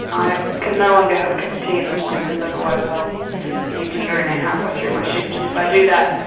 i can no longer have a cup of tea in the morning, because otherwise i'll need to urinate half-way through my shift, and if i do that,